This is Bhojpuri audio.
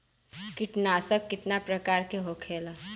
कीटनाशक कितना प्रकार के होखेला?